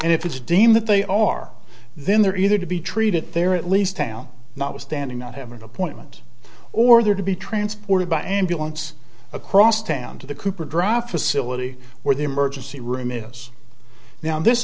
and if it's deemed that they are then they're either to be treated there or at least down notwithstanding not have an appointment or there to be transported by ambulance across town to the cooper dr facility where the emergency room is now this